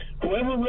Whoever